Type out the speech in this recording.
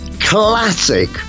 Classic